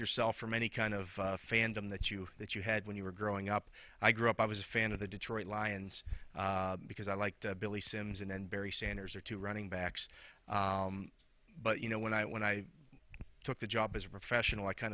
yourself from any kind of fandom that you that you had when you were growing up i grew up i was a fan of the detroit lions because i like billy simms and barry sanders are two running backs but you know when i when i took the job as a professional i kind